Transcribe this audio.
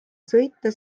sõita